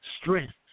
strength